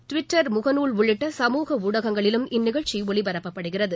Twitter முகநூல் உள்ளிட்ட சமூக ஊடகங்களிலும் இந்நிகழ்ச்சி ஒலிபரப்பப்படுகிறது